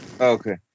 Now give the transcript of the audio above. Okay